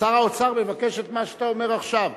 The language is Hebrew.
שר האוצר מבקש את מה שאתה אומר עכשיו.